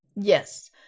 Yes